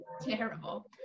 terrible